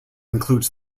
includes